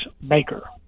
maker